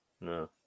no